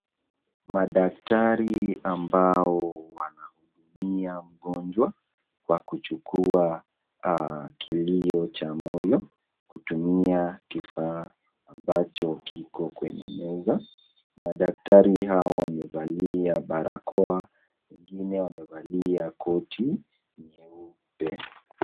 Madaktari ambao wanahudumia mgonjwa kwa kuchukua kilio cha moyo kwa kutumia kifaa ambacho kiko kwenye meza. Madaktari hawa wamevalia barakoa wengine wamevalia koti nyeupe.